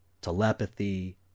telepathy